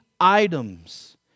items